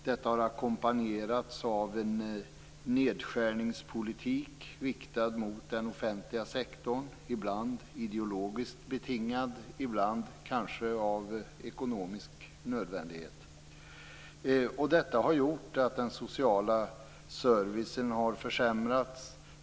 Det har ackompanjerats av en nedskärningspolitik riktad mot den offentliga sektorn, ibland ideologiskt betingad, ibland kanske av ekonomisk nödvändighet. Detta har gjort att den sociala servicen försämrats.